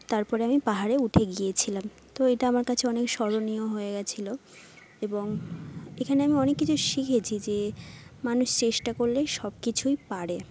তারপরে আমি পাহাড়ে উঠে গিয়েছিলাম তো এটা আমার কাছে অনেক স্মরণীয় হয়ে গেছিলো এবং এখানে আমি অনেক কিছু শিখেছি যে মানুষ চেষ্টা করলে সব কিছুই পারে